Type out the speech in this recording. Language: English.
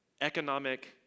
Economic